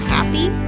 Happy